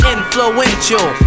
Influential